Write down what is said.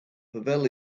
pavel